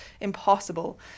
impossible